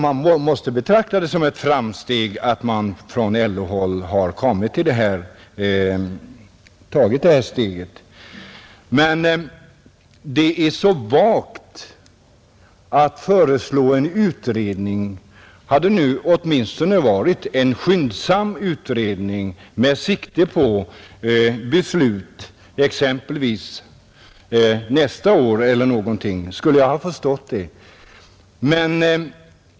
Det måste därför betraktas som ett framsteg att man på LO-håll har tagit detta steg. Men det är så vagt att bara föreslå en utredning. Hade det åtminstone varit en skyndsam utredning med sikte på beslut, exempelvis nästa år, skulle jag lättare ha förstått det.